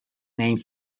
named